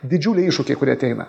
didžiuliai iššūkiai kurie ateina